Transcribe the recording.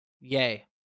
Yay